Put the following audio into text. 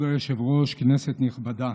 כבוד היושב-ראש, כנסת נכבדה,